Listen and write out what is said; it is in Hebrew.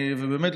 ובאמת,